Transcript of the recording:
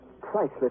priceless